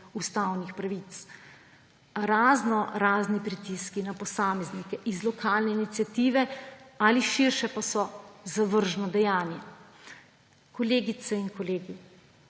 ustavnih pravic. Raznorazni pritiski na posameznike iz lokalne iniciative ali širše pa so zavržno dejanje. Kolegice in kolegi